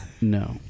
No